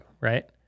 right